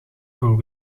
voor